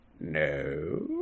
no